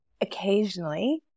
occasionally